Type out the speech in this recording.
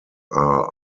are